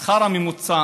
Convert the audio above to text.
השכר הממוצע